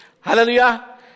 Hallelujah